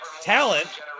talent